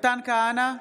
מתן כהנא,